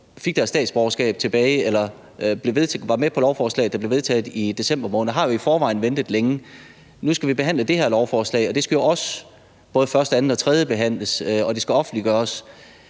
fik deres statsborgerskab og var med på lovforslaget, der blev vedtaget i december måned, har jo i forvejen ventet længe. Nu skal vi behandle det her lovforslag, og det skal jo også både første-, anden- og tredjebehandles, og det skal offentliggøres,